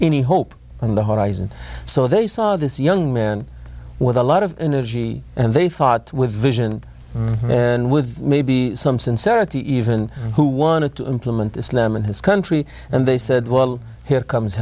any hope on the horizon so they saw this young man with a lot of energy and they thought with vision and with maybe some sincerity even who wanted to implement islam in his country and they said well here comes